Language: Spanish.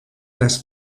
las